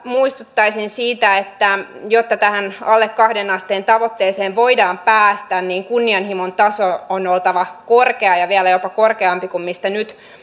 muistuttaisin siitä että jotta tähän alle kahteen asteen tavoitteeseen voidaan päästä niin kunnianhimon tason on oltava korkea ja vielä jopa korkeampi kuin mistä nyt